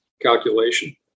calculation